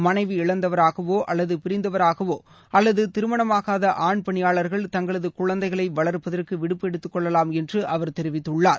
மனைவி இழந்தவராகவோஅல்லது பிரிந்தவராகவோஅல்லதுதிருமணமாகாதஆண் பணியாளர்கள் தங்களதுகுழந்தைகளைவளர்ப்பதற்குவிடுப்பு எடுத்துக் கொள்ளலாம் என்றுஅவர் தெரிவித்துள்ளார்